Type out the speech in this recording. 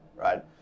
Right